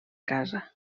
casa